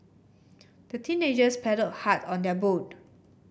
the teenagers paddled hard on their boat